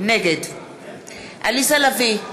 נגד עליזה לביא,